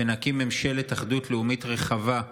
ונקים ממשלת אחדות לאומית רחבה,